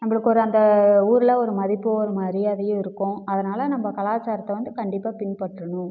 நம்மளுக்கு ஒரு அந்த ஊரில் ஒரு மதிப்பும் ஒரு மரியாதையும் இருக்கும் அதனால் நம்ம கலாச்சாரத்தை வந்து கண்டிப்பாக பின்பற்றணும்